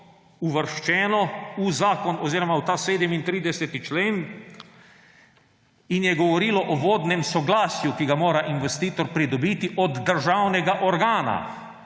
uvrščeno v zakon oziroma v ta 37. člen in je govorilo o vodnem soglasju, ki ga mora investitor pridobiti od državnega organa,